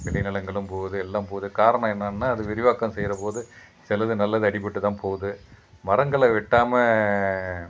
விளைநிலங்களும் போகுது எல்லாம் போது காரணம் என்னன்னா அது விரிவாக்கம் செய்கிறப்போது சிலது நல்லது அடிப்பட்டுதான் போகுது மரங்களை வெட்டாமல்